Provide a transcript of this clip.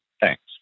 Thanks